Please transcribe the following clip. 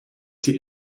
die